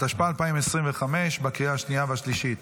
התשפ"ה 2025, לקריאה השנייה והשלישית.